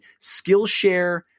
Skillshare